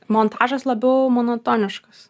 montažas labiau monotoniškas